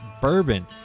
bourbon